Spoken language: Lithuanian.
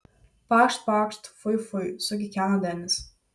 pakšt pakšt fui fui sukikeno denis